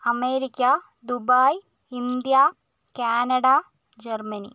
America Dubai India Canada Germany